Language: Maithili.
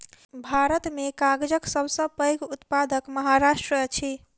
भारत में कागजक सब सॅ पैघ उत्पादक महाराष्ट्र अछि